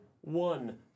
one